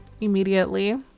immediately